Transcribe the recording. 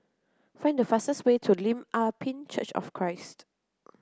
find the fastest way to Lim Ah Pin Church of Christ